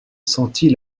sentit